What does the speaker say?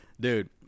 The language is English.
Dude